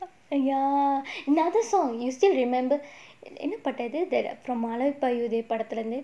ya another song you still remember என்ன பாட்டு அது:enna paattu adhu that from Alaipayuthey படத்தில இருந்து:alaipaayuthae padathila irunthu